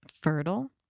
fertile